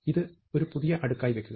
ഇത് ഒരു പുതിയ അടുക്കായി വെക്കുക